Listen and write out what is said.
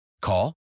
Call